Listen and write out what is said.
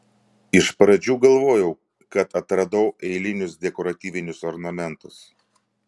iš pradžių galvojau kad atradau eilinius dekoratyvinius ornamentus